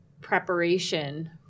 preparation